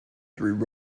through